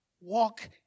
walk